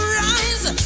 rise